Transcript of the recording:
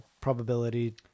probability